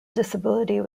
disability